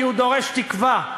כי הוא דורש תקווה.